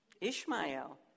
Ishmael